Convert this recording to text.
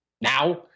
now